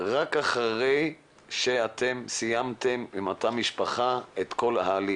רק אחרי שסיימתם עם אותה משפחה את כל ההליך.